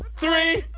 three,